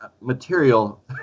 material